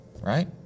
right